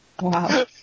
Wow